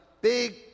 big